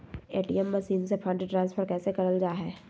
ATM machine से fund transfer कैसे करल जा है?